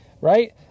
Right